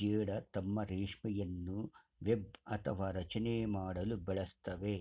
ಜೇಡ ತಮ್ಮ ರೇಷ್ಮೆಯನ್ನು ವೆಬ್ ಅಥವಾ ರಚನೆ ಮಾಡಲು ಬಳಸ್ತವೆ